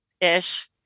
ish